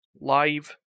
live